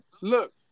look